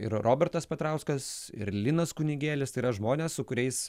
ir robertas petrauskas ir linas kunigėlis tai yra žmonės su kuriais